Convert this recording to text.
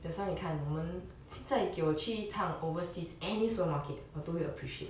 that's why 你看我们现在给我去一趟 overseas any supermarket 我都会 appreciate